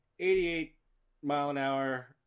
88-mile-an-hour